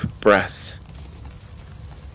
breath